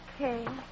Okay